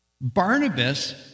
barnabas